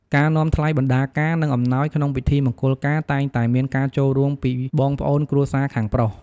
ការនាំថ្លៃបណ្ដាការ និងអំណោយក្នុងពិធីមង្គលការតែងតែមានការចូលរួមពីបងប្អូនគ្រួសារខាងប្រុស។